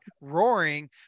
roaring